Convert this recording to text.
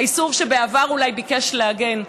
האיסור שבעבר אולי ביקש להגן,